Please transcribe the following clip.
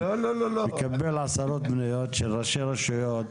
מקבלים עשרות פניות של ראשי רשויות,